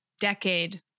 decade